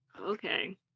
Okay